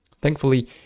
Thankfully